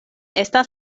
estas